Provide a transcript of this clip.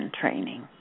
training